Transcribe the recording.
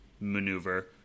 maneuver